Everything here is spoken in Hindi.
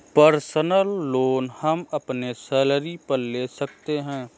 पर्सनल लोन हम अपनी सैलरी पर ले सकते है